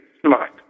smart